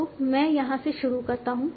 तो मैं यहाँ से शुरू करता हूँ